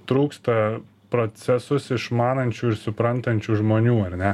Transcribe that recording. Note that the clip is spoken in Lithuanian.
trūksta procesus išmanančių ir suprantančių žmonių ar ne